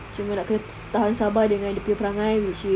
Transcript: cuma nak kena tahan sabar dengan dia punya perangai which is